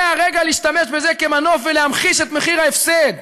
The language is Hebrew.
זה הרגע להשתמש בזה כמנוף ולהמחיש את מחיר ההפסד.